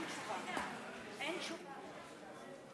אין תשובה והצבעה היום.